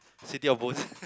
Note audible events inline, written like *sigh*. city of *breath* bones